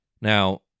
Now